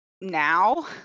now